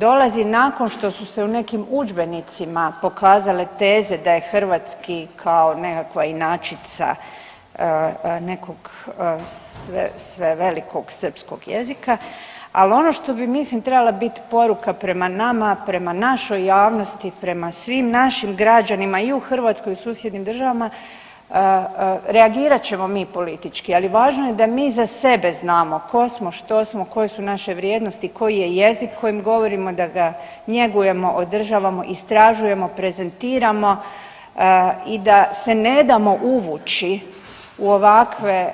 Dolazi nakon što su se u nekim udžbenicima pokazale teze da je hrvatski kao nekakva inačica nekog svevelikog srpskog jezika, ali ono što bi mislim, trebala biti poruka prema nama, prema našoj javnosti, prema svim našim građanima i u Hrvatskoj i susjednim državama, reagirat ćemo mi politički, ali važno je da mi za sebe znamo tko smo, što smo, koje su naše vrijednosti, koji je jezik kojim govorimo, da ga njegujemo, održavamo, istražujemo, prezentiramo i da se ne damo uvući u ovakve